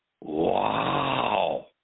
Wow